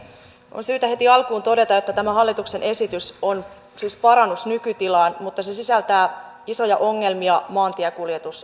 on syytä heti alkuun todeta että tämä hallituksen esitys on parannus nykytilaan mutta se sisältää isoja ongelmia maantiekuljetusalalla